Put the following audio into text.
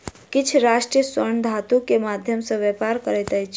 किछ राष्ट्र स्वर्ण धातु के माध्यम सॅ व्यापार करैत अछि